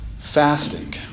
Fasting